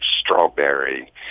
strawberry